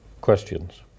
questions